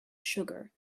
sugar